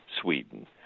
Sweden